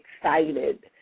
excited